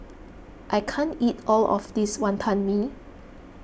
I can't eat all of this Wonton Mee